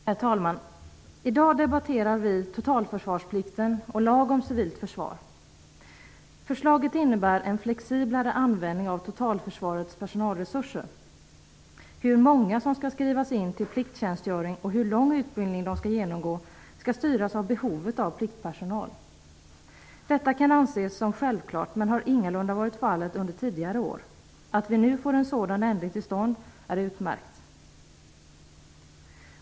Herr talman! I dag debatterar vi totalförsvarsplikten och lag om civilt försvar. Förslaget innebär en flexiblare användning av totalförsvarets personalresurser. Hur många som skall skrivas in till plikttjänstgöring och hur lång utbildning de skall genomgå skall styras av behovet av pliktpersonal. Detta kan anses som självklart, men det har ingalunda varit fallet under tidigare år. Det är utmärkt att vi nu får en sådan ändring till stånd.